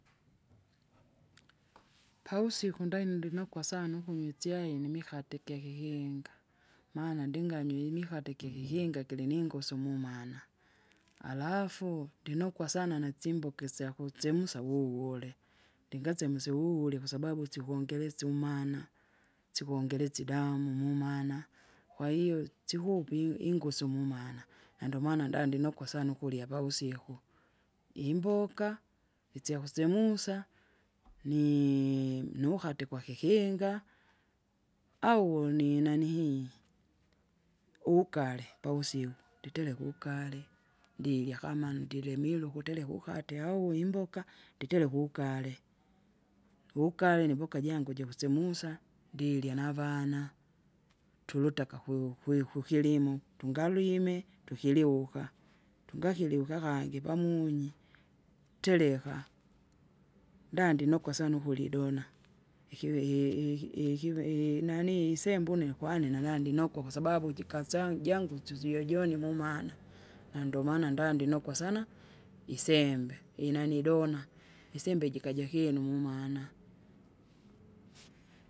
pausiku ndanyi ndinokwa sana ukunywa itschai nimikate gwakikinga. Maana ndinganywe imihate gyakikinga giliningosu mumana, alafu, ndinukwa sana natsimboka isyakutschemsa wuwole, ndingasemse wuwule kwasababu sikongeresya umana, sikongelesya idamu mumana. Kwahiyo tsikupe i- ingusu mumana, nandomana nda- ndinukwa sana ukurya pausiku. Imboka! isyakusemusa, nii- niukate gwakikinga! au woni nanihii, ugali pavusiku, nditereka ugari ndirya kama ndilemire ukutereka ukate au imboka! nditereka ugare. Ugare nimbaka jangu jikusemusa, ndirya navana, tulutaka kwu- kwi- kukilimo, tungalwime tukiliuka, tungakiliuka kangi pamunyi, tereka, ndandi ndinokwa sana ukurya idona ikivi- i- i- ikivi inanii isembe une nkwani nalandinoko kwasababu jikasa jangu suzio jone mumana. Nandomaana ndanikwa sana! isembe, inanii idona, isembe jikaja kinu mumana.